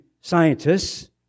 scientists